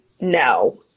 no